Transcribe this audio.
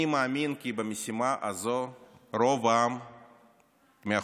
אני מאמין כי במשימה הזאת רוב העם מאחורינו